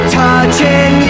touching